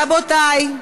רבותי,